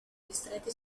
distretti